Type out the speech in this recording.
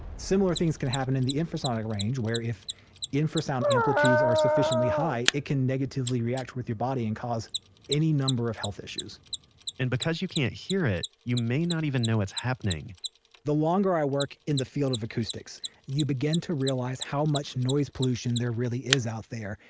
similar things can happen in the infrasonic range where if infrasound amplitudes are sufficiently high, it can negatively react with your body and cause any number of health issues and because you can't hear it, you may not even know it's happening the longer i work in the field of acoustics you begin to realize how much noise pollution there really is out there.